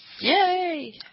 Yay